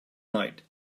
night